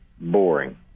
boring